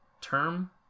term